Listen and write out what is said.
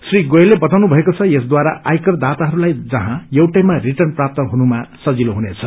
श्री गोयलले बताउनु भएको छ यसद्वारा आयकरदाताहस्लाई जस्नँ एउटैमा रिद्वन प्राप्त हुनुमा सजिलो हुनेछ